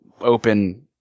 open